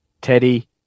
Teddy